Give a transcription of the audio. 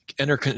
enter